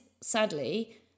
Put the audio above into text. sadly